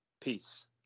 Peace